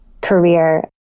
career